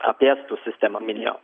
apie estų sistemą minėjau